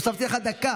הוספתי לך דקה